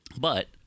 But-